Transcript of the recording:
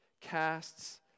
casts